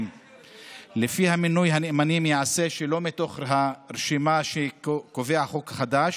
שלפיה מינוי נאמנים ייעשה שלא מתוך הרשימה שקובע החוק החדש,